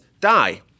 die